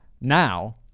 now